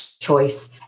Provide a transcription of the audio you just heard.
choice